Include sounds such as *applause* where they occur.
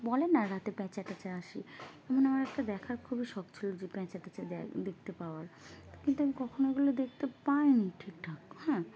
বলে না রাতে প্যাঁচা ট্যাঁচা আসে এমন আমার একটা দেখার খুবই শখ ছিল যে প্যাঁচা ট্যাঁচা *unintelligible* দেখতে পাওয়ার কিন্তু আমি কখনও ওগুলো দেখতে পাইনি ঠিকঠাক হ্যাঁ